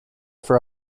for